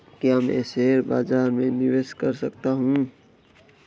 क्या मैं शेयर बाज़ार में निवेश कर सकता हूँ?